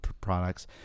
products